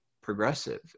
progressive